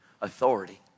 authority